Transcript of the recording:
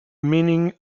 meaning